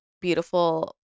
beautiful